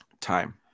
Time